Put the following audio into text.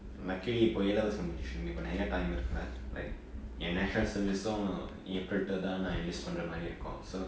luckily இப்பொ:ippo A levels முடின்ஜிருச்சு இப்பொ நிரைய:mudinjiruchu ippo niraya time இருக்குல:irukula like என்:yen national service april தான்:thaan enlist பன்ராங்க மாதிரி இருக்கும்:pandra maathiri irukkum so